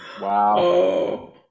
wow